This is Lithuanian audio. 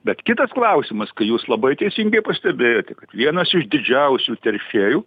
bet kitas klausimas kai jūs labai teisingai pastebėjote kad vienas iš didžiausių teršėjų